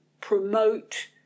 promote